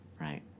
right